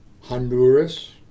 Honduras